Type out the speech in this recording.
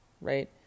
right